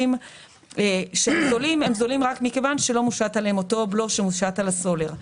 והם זולים רק מכיוון שלא מושת עליהם אותו בלו שמושת על הסולר.